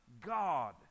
God